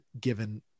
given